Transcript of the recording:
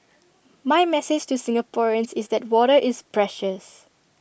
my message to Singaporeans is that water is precious